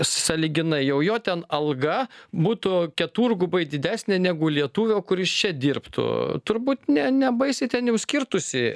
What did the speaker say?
sąlyginai jau jo ten alga būtų keturgubai didesnė negu lietuvio kuris čia dirbtų turbūt ne ne baisiai ten jau skirtųsi